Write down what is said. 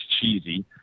cheesy